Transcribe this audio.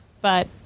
but-